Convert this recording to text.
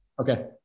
Okay